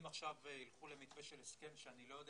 אם עכשיו יילכו למתווה של הסכם שאני לא יודע